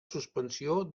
suspensió